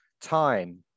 time